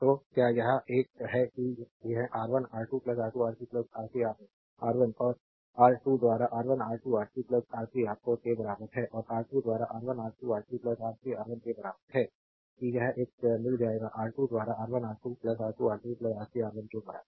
तो क्या यह एक है कि रा R1 R2 R2R3 R3R1 R1 और आर 2 द्वारा R1 R2R3 R3R1 के बराबर है और आर 2 द्वारा R1 R2R3 R3R1 के बराबर है कि यह एक मिल जाएगा R3 द्वारा R1 R2 R2R3 R3R1 के बराबर है